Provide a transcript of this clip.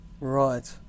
Right